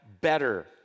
better